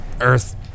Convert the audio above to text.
earth